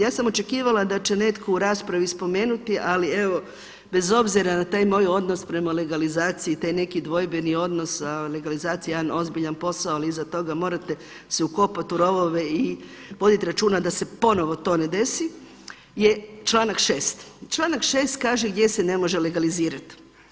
Ja sam očekivali da će netko u raspravi spomenuti, ali evo bez obzira na taj moj odnos prema legalizaciji taj neki dvojbeni odnos a legalizacija je jedan ozbiljan posao, ali iza toga morate se ukopati u rovove i voditi računa da se ponovno to ne desi je članak 6. Članak 6. kaže gdje se ne može legalizirat.